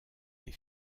des